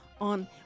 on